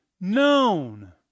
known